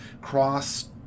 cross